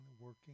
working